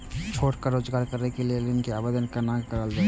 छोटका रोजगार करैक लेल ऋण के आवेदन केना करल जाय?